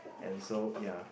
and so ya